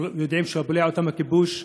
יודעים שבולע אותם הכיבוש.